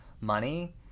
money